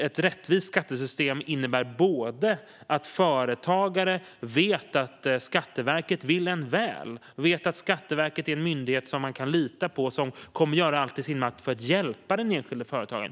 Ett rättvist skattesystem innebär att företagare ska veta att Skatteverket vill en väl och är en myndighet som man kan lita på och som kommer göra allt i sin makt för att hjälpa den enskilde företagaren.